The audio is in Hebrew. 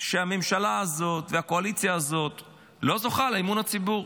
שהממשלה הזאת והקואליציה הזאת לא זוכות לאמון הציבור.